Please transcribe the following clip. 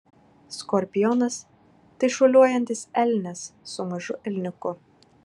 skorpionas tai šuoliuojantis elnias su mažu elniuku